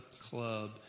club